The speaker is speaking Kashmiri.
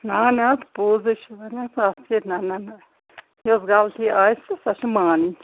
نہ نہ پوٚز ۂے چھِ وَنان نہ نہ نہ یۄس غلطی آسہِ سۄ چھِ مانٕنۍ